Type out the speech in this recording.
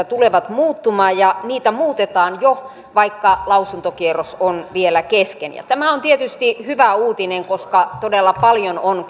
tulevat muuttumaan ja niitä muutetaan jo vaikka lausuntokierros on vielä kesken tämä on tietysti hyvä uutinen koska todella paljon on